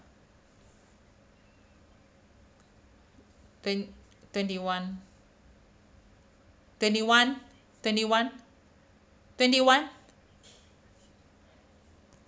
twen~ twenty one twenty one twenty one twenty one